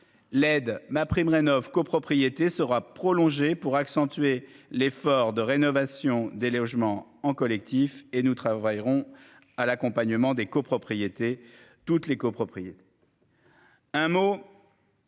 l'aide MaPrimeRénov'co-propriété sera prolongé pour accentuer l'effort de rénovation des logements en collectif et nous travaillerons à l'accompagnement des copropriétés toutes les copropriétés. Un mot.